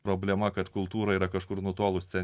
problema kad kultūra yra kažkur nutolusią